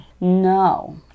No